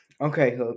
Okay